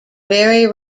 very